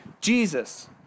Jesus